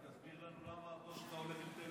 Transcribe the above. הקצרנית לא מספיקה לכתוב אותך.